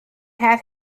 had